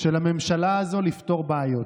של הממשלה הזו לפתור בעיות.